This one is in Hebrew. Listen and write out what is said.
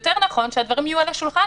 יותר נכון שהדברים יהיו על השולחן,